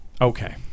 Okay